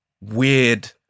weird